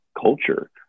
culture